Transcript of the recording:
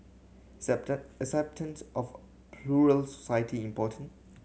acceptance of plural society important